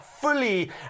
fully